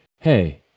hey